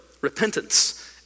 repentance